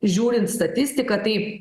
žiūrint statistiką tai